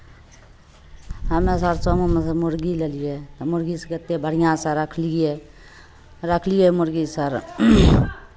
हमरा सभ समूहमे सँ मुर्गी लेलियै मुर्गी सभकेँ एतेक बढ़िआँसँ रखलियै रखलियै मुर्गी सर